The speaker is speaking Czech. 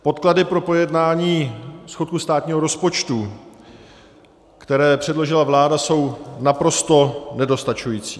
Podklady pro projednání schodku státního rozpočtu, které předložila vláda, jsou naprosto nedostačující.